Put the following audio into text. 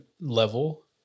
level